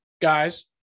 guys